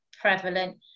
prevalent